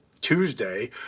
Tuesday